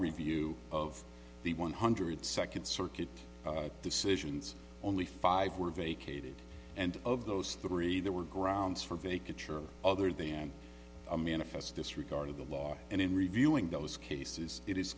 review of the one hundred second circuit decisions only five were vacated and of those three there were grounds for vacant church other than a manifest disregard of the law and in reviewing those cases it